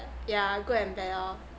yeah good and bad lor